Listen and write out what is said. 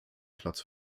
platz